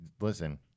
Listen